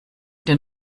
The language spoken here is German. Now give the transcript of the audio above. den